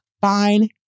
fine